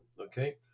okay